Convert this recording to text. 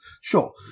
Sure